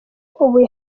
ubu